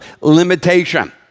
limitation